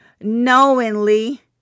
knowingly